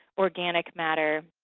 organic matter,